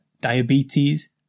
diabetes